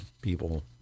people